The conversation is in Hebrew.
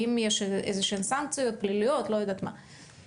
האם יש נגד זה סנקציות פליליות או משהו מהסוג הזה?